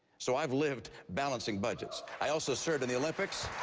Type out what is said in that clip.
so i've lived balancing budgets. i also served in the olympics,